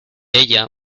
ella